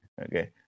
Okay